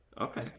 Okay